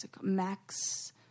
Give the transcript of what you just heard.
Max